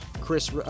Chris